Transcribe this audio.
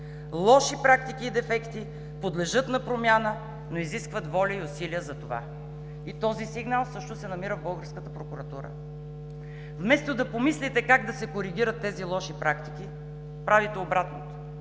Лоши практики и дефекти, подлежат на промяна, но изискват воля и усилия за това. И този сигнал също се намира в българската прокуратура. Вместо да помислите как да се коригират тези лоши практики, правите обратното